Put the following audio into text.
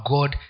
God